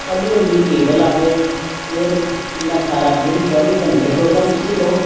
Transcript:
ਹੌਲੀ ਹੌਲੀ ਕੇਬਲ ਆ ਗਈ ਫੇਰ ਕਿੰਨਾ ਸਾਰਾ ਦਿਨ ਚੌਵੀ ਘੰਟੇ ਪ੍ਰੋਗਰਾਮ ਤੁਸੀਂ ਲਉ